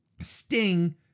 Sting